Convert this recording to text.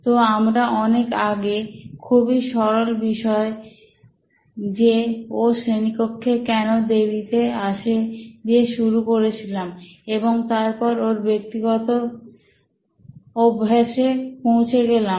তো আমরা অনেক আগে খুবই সরল বিষয় যে ও শ্রেণীকক্ষে কেব দেরিতে আসে দিয়ে শুরু করেছিলাম এবং তারপর ওর ব্যক্তিগত অভ্যাসে পৌঁছে গেলাম